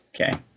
Okay